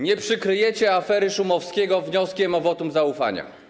Nie przykryjecie afery Szumowskiego wnioskiem o wotum zaufania.